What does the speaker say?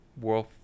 world